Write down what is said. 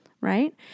right